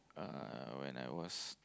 uh when I was